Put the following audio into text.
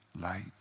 light